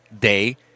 day